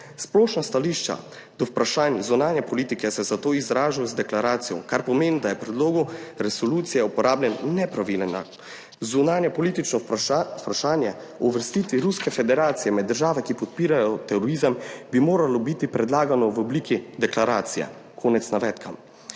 Splošna stališča do vprašanj zunanje politike se zato izražajo z deklaracijo, kar pomeni, da je v predlogu resolucije uporabljen nepravilen akt. Zunanjepolitično vprašanje o uvrstitvi Ruske federacije med države, ki podpirajo terorizem, bi moralo biti predlagano v obliki deklaracije.« (Konec navedka.)